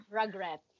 regret